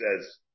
says